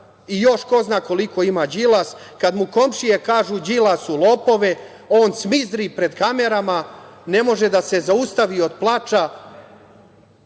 i još ko zna koliko ima Đilas, kada mu komšije kažu „Đilasu, lopove“, on cmizdri pred kamerama, ne može da se zaustavi od plača